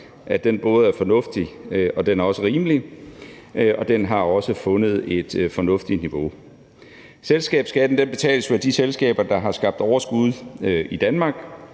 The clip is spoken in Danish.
at den både er fornuftig og rimelig og også har fundet et fornuftigt niveau. Selskabsskatten betales jo af de selskaber, der har skabt overskud i Danmark.